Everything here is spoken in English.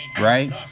right